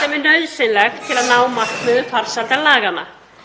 sem er nauðsynlegt til að ná markmiðum farsældarlaganna.